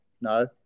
No